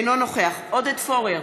אינו נוכח עודד פורר,